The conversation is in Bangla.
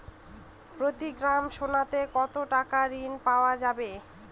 প্রতি গ্রাম সোনাতে কত টাকা ঋণ পাওয়া যাবে?